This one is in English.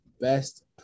best